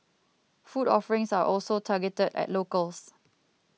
food offerings are also targeted at locals